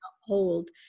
hold